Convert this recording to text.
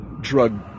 drug